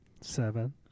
Seven